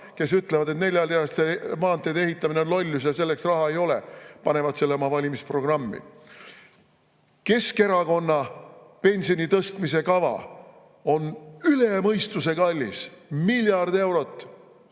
kes ütlevad, et neljarealiste maanteede ehitamine on lollus ja selleks raha ei ole, panevad selle oma valimisprogrammi. Keskerakonna pensioni tõstmise kava on üle mõistuse kallis – miljard eurot!